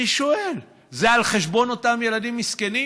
ואני שואל, זה על חשבון אותם ילדים מסכנים?